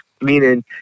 meaning